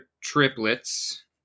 triplets